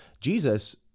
Jesus